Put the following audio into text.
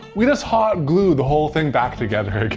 we just hot glue the whole thing back together